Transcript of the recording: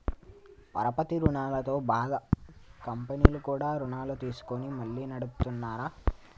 పరపతి రుణాలతో బాధ కంపెనీలు కూడా రుణాలు తీసుకొని మళ్లీ నడుపుతున్నార